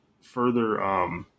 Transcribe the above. further